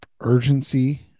urgency